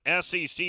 SEC